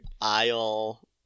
Aisle